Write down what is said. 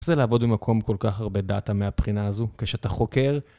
איך לעבוד במקום עם כל כך הרבה דאטה מהבחינה הזו, זה כשאתה חוקר.